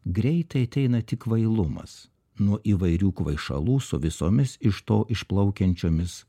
greitai ateina tik kvailumas nuo įvairių kvaišalų su visomis iš to išplaukiančiomis